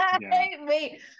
Wait